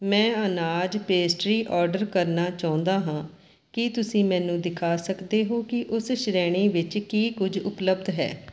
ਮੈਂ ਅਨਾਜ pastry order ਕਰਨਾ ਚਾਹੁੰਦਾ ਹਾਂ ਕੀ ਤੁਸੀਂ ਮੈਨੂੰ ਦਿਖਾ ਸਕਦੇ ਹੋ ਕਿ ਉਸ ਸ਼੍ਰੇਣੀ ਵਿੱਚ ਕੀ ਕੁਝ ਉਪਲਬਧ ਹੈ